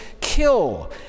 kill